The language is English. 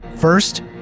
First